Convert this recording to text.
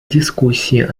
дискуссии